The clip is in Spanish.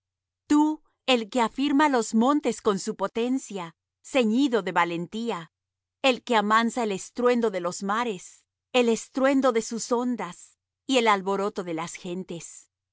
tú el que afirma los montes con su potencia ceñido de valentía el que amansa el estruendo de los mares el estruendo de sus ondas y el alboroto de las gentes